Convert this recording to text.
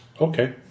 Okay